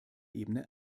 ebene